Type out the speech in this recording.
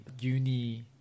uni